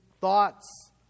thoughts